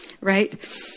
right